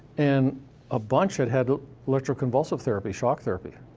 and a bunch had had electroconvulsive therapy, shock therapy.